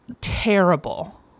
terrible